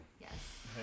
Yes